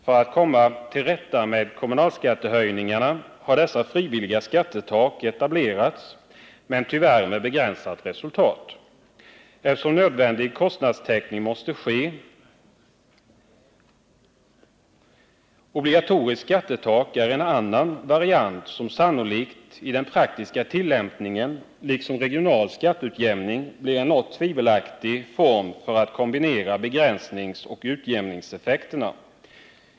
För att komma till rätta med kommunalskattehöjningarna har frivilliga skattetak etablerats, tyvärr med begränsat resultat, eftersom nödvändig kostnadstäckning måste ske. Obligatoriskt skattetak är en annan variant, som sannolikt i den praktiska tillämpningen, liksom regional skatteutjämning, får ses som en något tvivelaktig åtgärd för att kombinera begränsningsoch utjämningseffekterna.